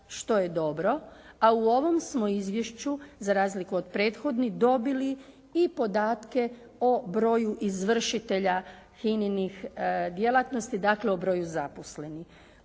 što je dobro, a u ovom smo izvješću za razliku od prethodnih dobili i podatke o broju izvršitelja FINA-inih djelatnosti dakle o broju zaposlenih.